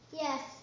Yes